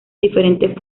diferentes